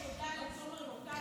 תודה גם לתומר לוטן.